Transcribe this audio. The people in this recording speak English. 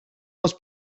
was